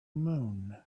moon